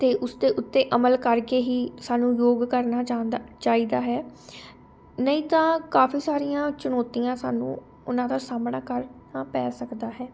ਤੇ ਉਸਦੇ ਉੱਤੇ ਅਮਲ ਕਰਕੇ ਹੀ ਸਾਨੂੰ ਯੋਗ ਕਰਨਾ ਚਾਹੁੰਦਾ ਚਾਹੀਦਾ ਹੈ ਨਹੀਂ ਤਾਂ ਕਾਫੀ ਸਾਰੀਆਂ ਚੁਣੌਤੀਆਂ ਸਾਨੂੰ ਉਹਨਾਂ ਦਾ ਸਾਹਮਣਾ ਕਰਨਾ ਪੈ ਸਕਦਾ ਹੈ